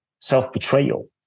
self-betrayal